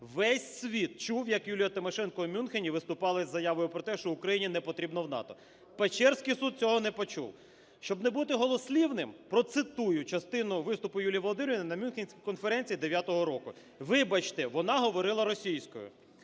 Весь світ чув, як Юлія Тимошенко в Мюнхені виступала з заявою про те, що Україні не потрібно в НАТО. Печерський суд цього не почув. Щоб не бути голослівним, процитую частину виступу Юлії Володимирівні на Мюнхенській конференції 2009 року. Вибачте, вона говорила російською: